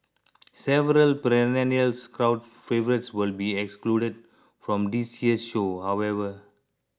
several perennial crowd favourites will be excluded from this year's show however